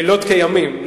לילות כימים.